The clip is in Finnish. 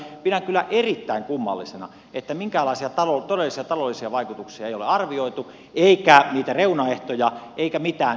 pidän kyllä erittäin kummallisena että minkäänlaisia todellisia taloudellisia vaikutuksia ei ole arvioitu eikä niitä reunaehtoja eikä mitään mitkä liittyvät vaikkapa tähän omaisuudensiirtoon